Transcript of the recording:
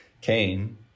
Cain